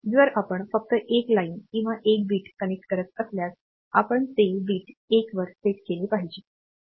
जर आपण फक्त एक लाइन किंवा एक बिट कनेक्ट करत असल्यास आपण ते बिट 1 वर सेट केले पाहिजे